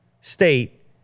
state